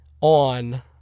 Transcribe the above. on